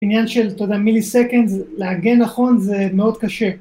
עניין של, אתה יודע, milliseconds, להגן נכון זה מאוד קשה.